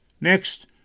Next